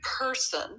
person